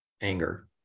anger